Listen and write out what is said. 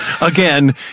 Again